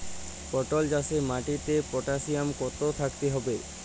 পটল চাষে মাটিতে পটাশিয়াম কত থাকতে হবে?